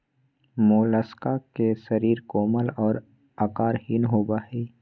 Mollusca के शरीर कोमल और आकारहीन होबय हइ